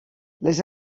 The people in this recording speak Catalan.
les